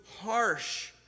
harsh